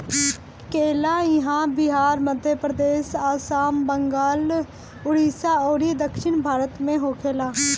केला इहां बिहार, मध्यप्रदेश, आसाम, बंगाल, उड़ीसा अउरी दक्षिण भारत में होखेला